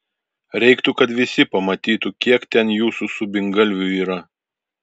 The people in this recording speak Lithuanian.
reiktų kad visi pamatytų kiek ten jūsų subingalvių yra